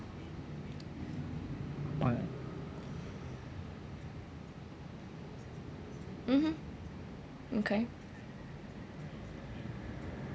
mmhmm okay